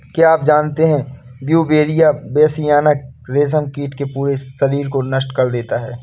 क्या आप जानते है ब्यूवेरिया बेसियाना, रेशम कीट के पूरे शरीर को नष्ट कर देता है